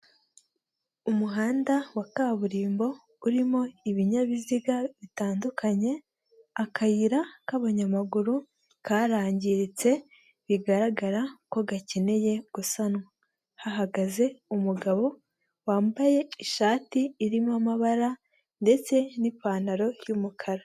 Umuhanda wa kaburimbo urimo ibinyabiziga bitandukanye, akayira k'abanyamaguru karangiritse bigaragara ko gakeneye gusanwa. Hahagaze umugabo wambaye ishati irimo amabara ndetse n'ipantaro y'umukara.